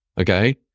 Okay